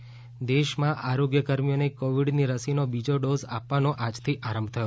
રસીકરણ બીજો દેશમાં આરોગ્ય કર્મીઓને કોવીડની રસીનો બીજો ડોઝ આપવાનો આજથી આરંભ થયો